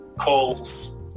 calls